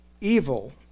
evil